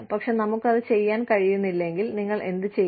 പക്ഷേ നമുക്ക് അത് ചെയ്യാൻ കഴിയുന്നില്ലെങ്കിൽ നിങ്ങൾ എന്ത് ചെയ്യും